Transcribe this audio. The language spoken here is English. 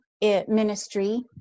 ministry